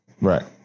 Right